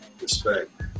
Respect